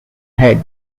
head